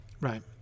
Right